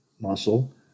muscle